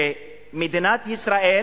אני חושב שמדינת ישראל